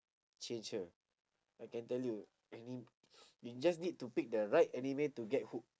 change her I can tell you anim~ we just need to pick the right anime to get hook